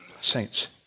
saints